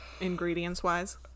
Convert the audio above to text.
ingredients-wise